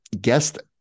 guest